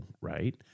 right